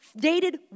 dated